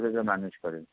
वेगळं मॅनेज करेल